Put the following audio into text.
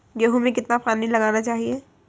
गेहूँ में कितना पानी लगाना चाहिए?